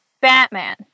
Batman